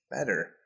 better